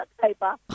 paper